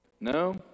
No